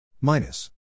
Minus